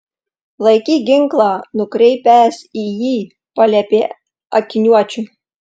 laikyk ginklą nukreipęs į jį paliepė akiniuočiui